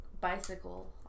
bicycle